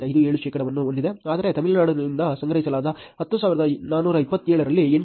57 ಶೇಕಡಾವನ್ನು ಹೊಂದಿದೆ ಅಂದರೆ ತಮಿಳುನಾಡಿನಿಂದ ಸಂಗ್ರಹಿಸಲಾದ 10427 ರಲ್ಲಿ 8